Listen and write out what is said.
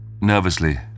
Nervously